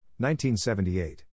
1978